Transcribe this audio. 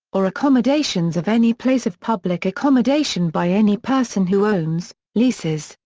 or accommodations of any place of public accommodation by any person who owns, leases,